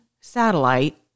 satellite